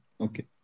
Okay